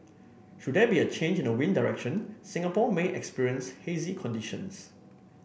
should there be a change in the wind direction Singapore may experience hazy conditions